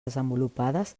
desenvolupades